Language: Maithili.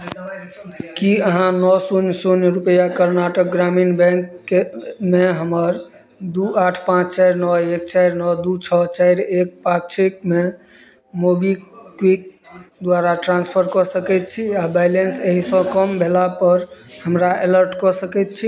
कि अहाँ नओ शून्य शून्य रुपैआ कर्नाटक ग्रामीण बैँककेमे हमर दुइ आठ पाँच चारि नओ एक चारि नओ दुइ छओ चााि एक पाक्षिकमे मोबिक्विक द्वारा ट्रान्सफर कऽ सकै छी आओर बैलेन्स एहिसँ कम भेलापर हमरा एलर्ट कऽ सकै छी